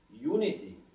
unity